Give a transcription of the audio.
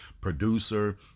producer